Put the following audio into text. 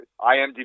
IMDb